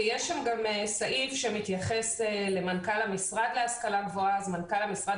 ויש גם סעיף שמתייחס למנכ"ל המשרד להשכלה גבוהה אז מנכ"ל המשרד